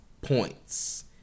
points